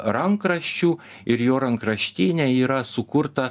rankraščių ir jo rankraštyne yra sukurta